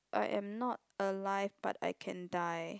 I am not alive but I can die